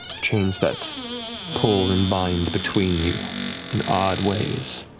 chains that pull and bind between you in odd ways.